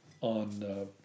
on